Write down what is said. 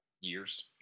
years